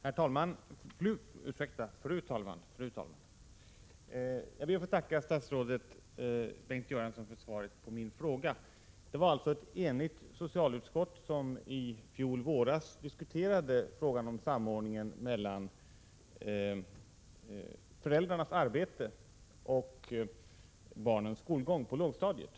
Fru talman! Jag ber att få tacka statsrådet Bengt Göransson för svaret på min fråga. Det var alltså ett enigt socialutskott som i fjol vår diskuterade frågan om samordningen mellan föräldrarnas arbete och barnens skolgång på lågstadiet.